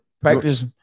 practice